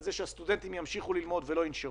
זה שהסטודנטים ימשיכו ללמוד ולא ינשרו,